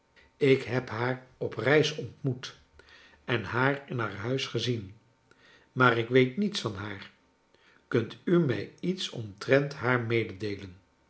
ik heb haar op reis ontmoet en haar in haar huis gezien maar ik weet niets van haar kunt u mij iets om treat haar meedeelen